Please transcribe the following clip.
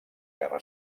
guerra